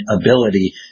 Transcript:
ability